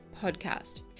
podcast